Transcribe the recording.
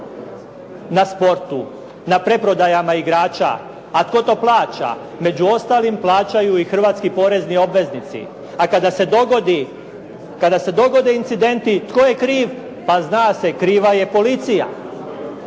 na sportu, na preprodajama igrača. A tko to plaća? Među ostalim plaćaju i hrvatski porezni obveznici, a kada se dogode incidenti tko je kriv? Pa zna se kriva je policija.